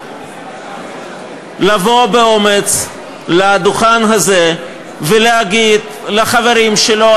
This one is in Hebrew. לבוא באומץ לדוכן הזה ולהגיד לחברים שלך,